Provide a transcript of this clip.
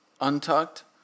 untucked